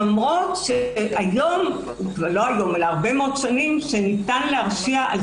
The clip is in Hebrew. למרות שכבר שנים רבות ניתן להרשיע על